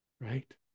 Right